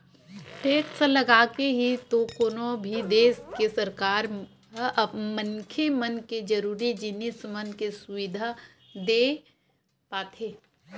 tax लगाके ही तो कोनो भी देस के सरकार ह मनखे मन के जरुरी जिनिस मन के सुबिधा देय पाथे